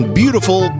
beautiful